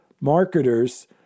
marketers